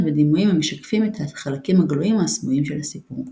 ודימויים המשקפים את החלקים הגלויים או הסמויים של הסיפור .